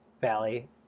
Valley